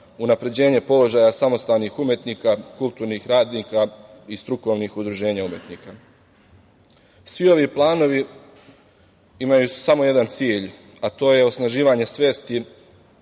unapređenje položaja samostalnih umetnika, kulturnih radnika i strukovnih udruženja umetnika. Svi ovi planovi imaju samo jedan cilj, a to je osnaživanje svesti